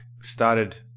started